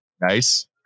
Nice